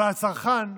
אבל הצרכן,